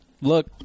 look